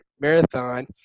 marathon